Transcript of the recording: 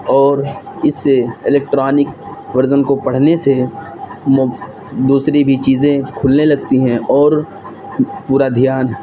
اور اس سے الیکٹرانک ورزن کو پڑھنے سے دوسری بھی چیزیں کھلنے لگتی ہیں اور پورا دھیان